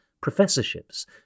professorships